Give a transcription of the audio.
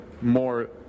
more